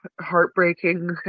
heartbreaking